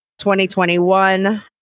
2021